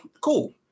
cool